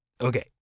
Okay